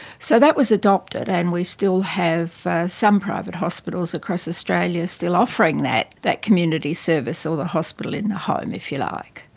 so that was adopted and we still have some private hospitals across australia still offering that that community service or the hospital in the home, if you like.